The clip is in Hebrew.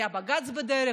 היה בג"ץ בדרך,